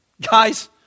Guys